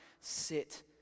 sit